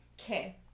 Okay